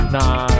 Nah